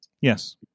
Yes